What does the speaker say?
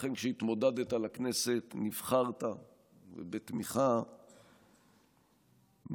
ולכן כשהתמודדת לכנסת נבחרת בתמיכה משמעותית